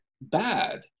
bad